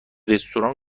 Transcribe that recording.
رستوران